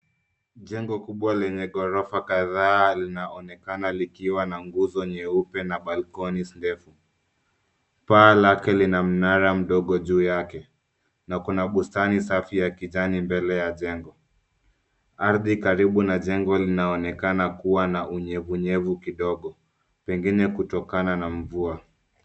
Jengo kubwa lenye ghorofa kadhaa linaonekana likiwa na nguzo nyeupe na balconisi ndefu paa lake lina mnara mdogo juu yake na kuna bustani safi ya kijani mbele ya jengo arthi karibu na jengo linaonekana kuwa na unyevunyevu kidogo pengine kutokana na mvua.